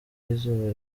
izuba